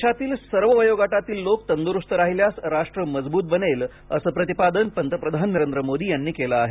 देशातील सर्व वयोगटातील लोक तंदुरुस्त राहिल्यास राष्ट्र मजबूत बनेल असं प्रतिपादन पंतप्रधान नरेंद्र मोदी यांनी केलं आहे